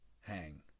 hang